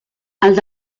els